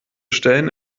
stellen